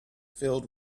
filled